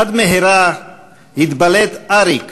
עד מהרה התבלט אריק